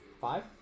Five